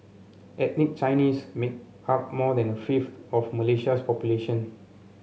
ethnic Chinese make up more than a fifth of Malaysia's population